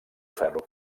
ferro